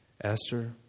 Esther